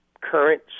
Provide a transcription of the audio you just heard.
current